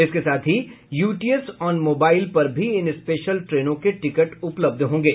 इसके साथ ही यूटीएस ऑन मोबाइल पर भी इन स्पेशल ट्रेनों के टिकट उपलब्ध होंगे